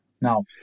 Now